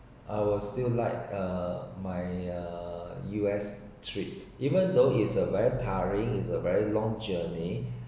I was still like uh my uh U_S trip even though it’s a very tiring very long journey